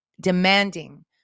demanding